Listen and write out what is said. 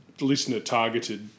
listener-targeted